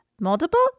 Multiple